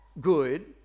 good